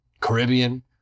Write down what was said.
Caribbean